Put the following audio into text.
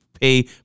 pay